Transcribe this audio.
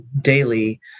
daily